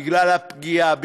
בגלל הפגיעה,